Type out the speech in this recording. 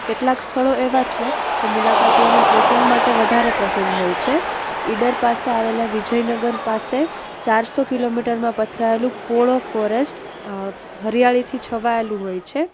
કેટલાક સ્થળો એવાં છે જે મુલાકાતીઓને ટ્રેકિંગ માટે વધારે પસંદ હોય છે ઇડર પાસે આવેલા વિજયનગર પાસે ચારસો કિલોમીટરમાં પથરાયેલું પોળો ફોરેસ્ટ હરિયાળીથી છવાયેલું હોય છે